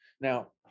Now